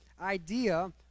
idea